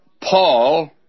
Paul